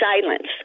silence